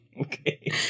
okay